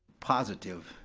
positive,